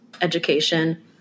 education